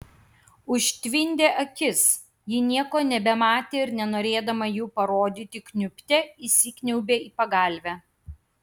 užtvindė akis ji nieko nebematė ir nenorėdama jų parodyti kniubte įsikniaubė į pagalvę